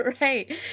right